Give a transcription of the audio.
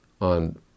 on